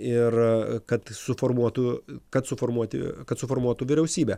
ir kad suformuotų kad suformuoti kad suformuotų vyriausybę